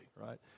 right